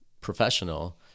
professional